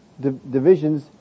divisions